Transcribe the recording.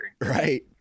Right